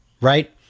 right